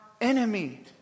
enemy